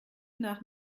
nach